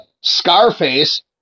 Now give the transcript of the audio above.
Scarface